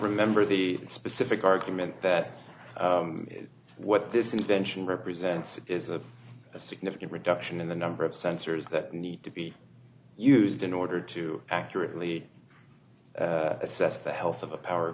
remember the specific argument that what this invention represents is a significant reduction in the number of sensors that need to be used in order to accurately assess the health of a power